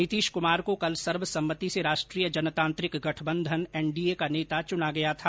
नीतीश कुमार को कल सर्वसम्मति से राष्ट्रीय जनतांत्रिक गठबंधन एनडीए को नेता चुना गया था